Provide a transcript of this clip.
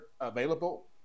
available